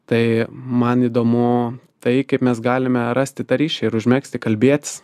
tai man įdomu tai kaip mes galime rasti tą ryšį ir užmegzti kalbėtis